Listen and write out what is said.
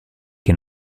che